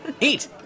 Eat